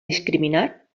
discriminat